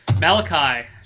Malachi